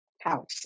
house